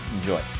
enjoy